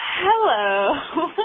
Hello